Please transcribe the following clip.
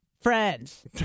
friends